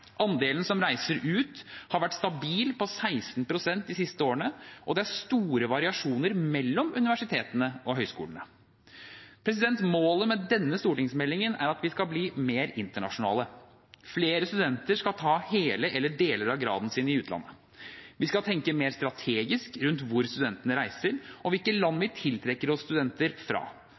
Andelen som reiser ut, har vært stabil på 16 pst. de siste årene, og det er store variasjoner mellom universitetene og høyskolene. Målet med denne stortingsmeldingen er at vi skal bli mer internasjonale. Flere studenter skal ta hele eller deler av graden sin i utlandet. Vi skal tenke mer strategisk rundt hvor studentene reiser, og hvilke land vi tiltrekker oss studenter fra.